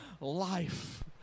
life